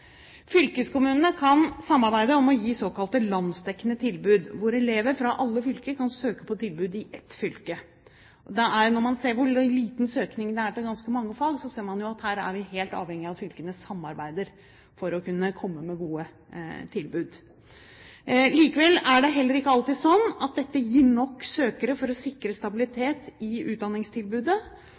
Fylkeskommunene kan samarbeide om å gi såkalte landsdekkende tilbud, hvor elever fra alle fylker kan søke på tilbudet i ett fylke. Når man ser hvor liten søkning det er til ganske mange fag, ser man jo at her er vi helt avhengige av at fylkene samarbeider for å kunne komme med gode tilbud. Likevel er det heller ikke alltid sånn at dette gir nok søkere for å sikre stabilitet i utdanningstilbudet.